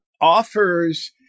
offers